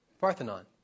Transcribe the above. Parthenon